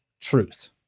truth